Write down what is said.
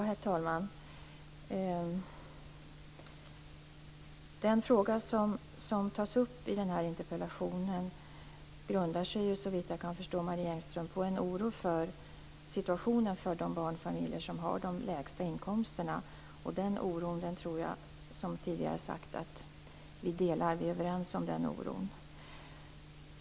Herr talman! Den fråga som tas upp i interpellationen grundar sig ju såvitt jag kan förstå Marie Engström på en oro för situationen för de barnfamiljer som har de lägsta inkomsterna. Jag tror att vi delar den oron.